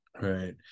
right